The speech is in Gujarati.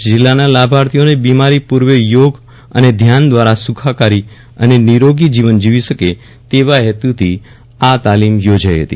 કચ્છ જિલ્લાના લાભાર્થીઓને બિમારી પૂર્વ થોગ અને ધ્યાન દ્વારા સુખાકારી અને નિરોગી જીવન જીવી શકે તેવા હેતુથી આ તાલીમ યોજાઇ હતી